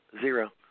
Zero